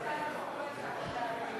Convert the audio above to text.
ואתם תצביעו נגד.